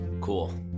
cool